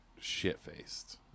shit-faced